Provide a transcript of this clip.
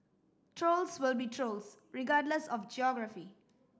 trolls will be trolls regardless of geography